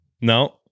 No